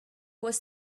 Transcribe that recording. was